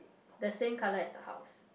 the same colour as the house